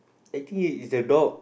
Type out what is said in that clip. I think it it's a dog